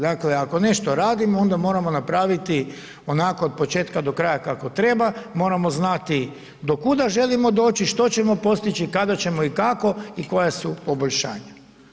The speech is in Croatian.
Dakle ako nešto radimo onda moramo napraviti onako od početka do kraja kako treba, moramo znati do kuda želimo doći, što ćemo postići, kada ćemo i kako i koja su poboljšanja.